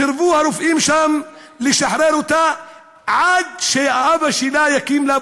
סירבו הרופאים שם לשחרר אותה עד שאבא שלה יקים לה בית,